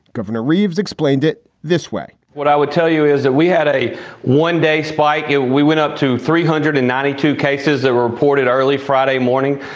governor reeves' explained it this way what i would tell you is that we had a one day spike and we went up to three hundred and ninety two cases that were reported early friday morning.